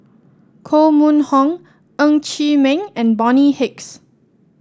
Koh Mun Hong Ng Chee Meng and Bonny Hicks